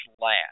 last